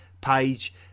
page